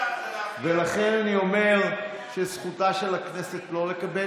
ולכן אני אומר שזכותה של הכנסת לא לקבל.